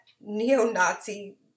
neo-Nazi